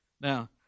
Now